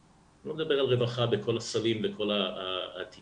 הן אמרו שאין להן את כוח האדם שיכול לשנע את זה